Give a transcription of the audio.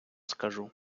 скажу